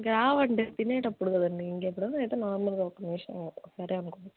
ఇంక రావంటే తినేటప్పుడు కదండి ఇంకెప్పుడైనా అయితే నార్మల్గా ఒక్క నిమిషము సరే అనుకోవచ్చు